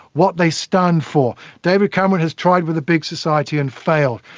what they stand for. david cameron has tried with a big society and failed,